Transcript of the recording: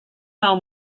mau